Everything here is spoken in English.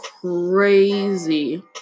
crazy